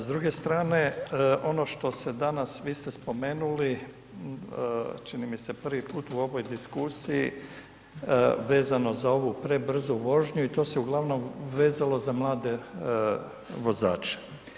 S druge strane, ono što se danas, vi ste spomenuli čini mi se prvi put u ovoj diskusiji vezano za ovu prebrzu vožnju i to se uglavnom vezalo za mlade vozače.